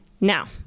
Now